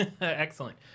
excellent